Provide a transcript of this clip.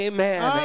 Amen